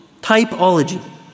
Typology